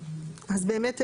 אז באמת,